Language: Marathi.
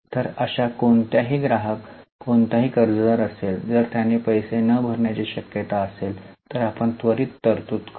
तर कोणताही ग्राहक कोणताही कर्जदार असेल जर त्याने पैसे न भरण्याची शक्यता असेल तर आपण त्वरित तरतूद करू